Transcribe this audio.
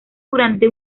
durante